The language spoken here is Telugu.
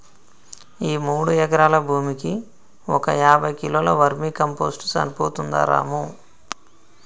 ఈ మూడు ఎకరాల భూమికి ఒక యాభై కిలోల వర్మీ కంపోస్ట్ సరిపోతుందా రాము